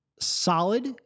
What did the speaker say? solid